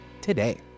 today